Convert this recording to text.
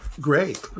great